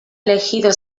elegido